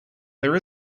there